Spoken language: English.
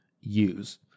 use